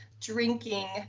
drinking